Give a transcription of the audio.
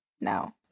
No